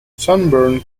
sunburn